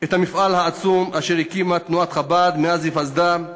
את המפעל העצום אשר הקימה תנועת חב"ד מאז היווסדה,